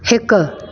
हिकु